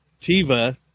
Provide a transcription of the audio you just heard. Tiva